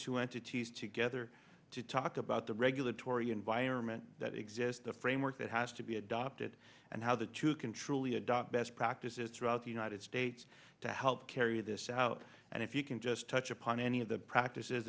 entities together to talk about the regulatory environment that exist the framework that has to be adopted and how the two can truly adopt best practices throughout the united states to help carry this out and if you can just touch upon any of the practices